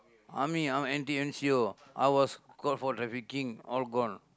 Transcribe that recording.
Army I am N_T N_C_O I was caught for trafficking all gone